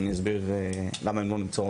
אנחנו היינו רוצים לראות איך הממשלה